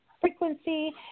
frequency